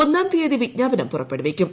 ഒന്നാം തീയതി വിജ്ഞാപനം പുറപ്പെടുവിക്കും